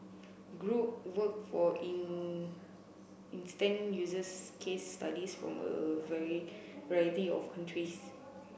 group work for in instance uses case studies from a variety of countries